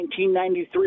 1993